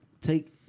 Take